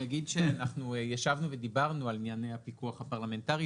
ישבנו ודיברנו על ענייני הפיקוח הפרלמנטרי.